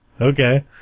okay